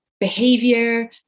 behavior